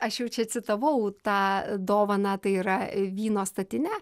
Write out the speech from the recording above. aš jau čia citavau tą dovaną tai yra vyno statinė